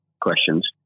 questions